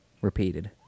Repeated